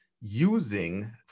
using